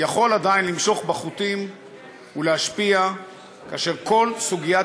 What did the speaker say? יכול עדיין למשוך בחוטים ולהשפיע כאשר כל סוגיית